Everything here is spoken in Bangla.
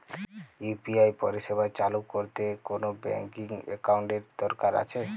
ইউ.পি.আই পরিষেবা চালু করতে কোন ব্যকিং একাউন্ট এর কি দরকার আছে?